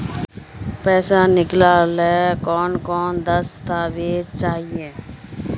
पैसा निकले ला कौन कौन दस्तावेज चाहिए?